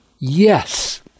yes